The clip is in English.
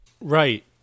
Right